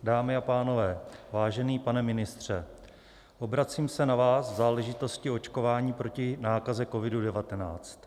Dámy a pánové, vážený pane ministře, obracím se na vás v záležitosti očkování proti nákaze COVID19.